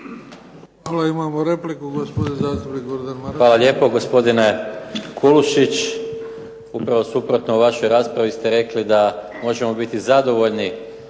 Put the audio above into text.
Hvala. Imamo repliku, gospodin zastupnik Gordan Maras. **Maras, Gordan (SDP)** Hvala lijepo gospodine Kulušić upravo suprotno vašoj raspravi ste rekli da možemo biti zadovoljni